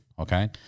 Okay